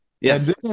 yes